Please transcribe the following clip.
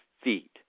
feet